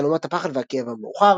"תעלומת הפחד והכאב המאוחר".